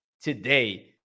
today